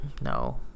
no